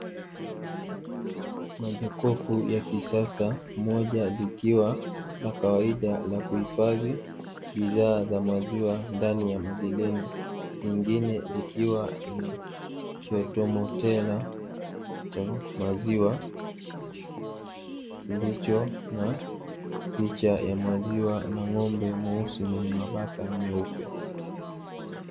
Majokofu ya kisasa, moja likiwa la kawaida la kuhifadhi bidhaa za maziwa ndani ya mageleni. Lingine likiwa ni kiautomatiki cha maziwa, kilicho na picha ya maziwa na ng’ombe mweusi mwenye manaka meupe.